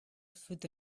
through